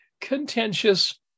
contentious